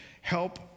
help